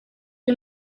ari